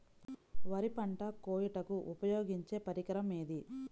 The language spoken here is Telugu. వరి పంట కోయుటకు ఉపయోగించే పరికరం ఏది?